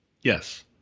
yes